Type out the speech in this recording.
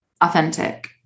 authentic